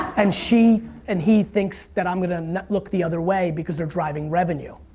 and she and he thinks that i'm gonna not look the other way because they're driving revenue.